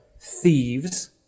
thieves